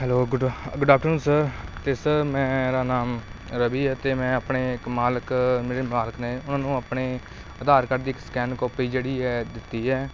hello good good afternoon sir ਅਤੇ sir ਮੇਰਾ ਨਾਮ ਰਵੀ ਹੈ ਅਤੇ ਮੈਂ ਆਪਣੇ ਇੱਕ ਮਾਲਕ ਮੇਰੇ ਮਾਲਕ ਨੇ ਉਹਨਾਂ ਨੂੰ ਆਪਣੇ ਆਧਾਰ ਕਾਰਡ ਦੀ ਇੱਕ ਸਕੈਨ ਕਾਪੀ ਜਿਹੜੀ ਹੈ ਦਿੱਤੀ ਹੈ